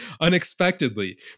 unexpectedly